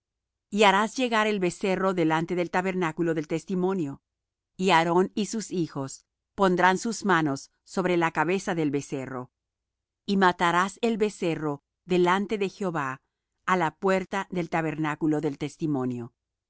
y harás llegar el becerro delante del tabernáculo del testimonio y aarón y sus hijos pondrán sus manos sobre la cabeza del becerro y matarás el becerro delante de jehová á la puerta del tabernáculo del testimonio